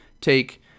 take